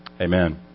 amen